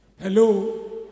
Hello